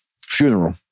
funeral